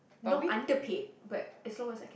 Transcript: not underpaid but as long as I can